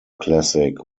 classic